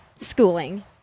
schooling